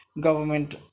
government